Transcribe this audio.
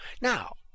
Now